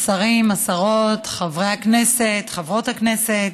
השרים, השרות, חברי הכנסת, חברות הכנסת,